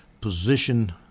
position